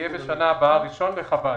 יהיה בשנה הבאה ראשון בחב"ד.